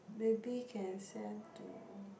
maybe can send to